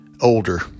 older